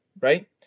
right